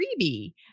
freebie